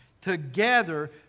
Together